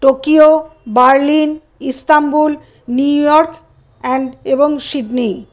Tokyo Berlin Istanbul New York and এবং Sydney